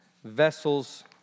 Vessels